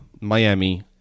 Miami